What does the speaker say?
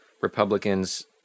Republicans